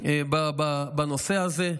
בנושא הזה.